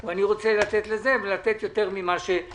או אני רוצה לתת לזה או לאחר, לתת יותר ממה שמגיע.